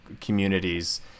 communities